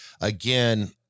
again